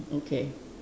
okay